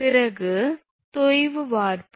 பிறகு தொய்வு வார்ப்புரு